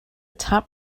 top